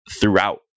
throughout